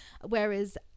Whereas